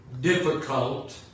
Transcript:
difficult